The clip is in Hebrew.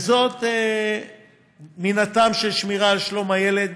וזאת מן הטעם של שמירה של שלום הילד,